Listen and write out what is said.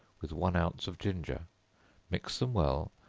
with one ounce of ginger mix them well,